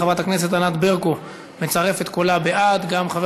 חברת הכנסת ענת ברקו מצרפת את קולה בעד וגם חבר